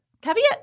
Caveat